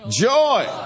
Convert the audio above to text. Joy